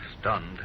Stunned